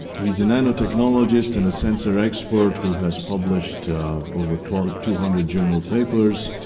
he's a nano technologist and a sensor expert who has published over two um two hundred journal papers.